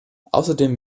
außerdem